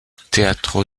teatro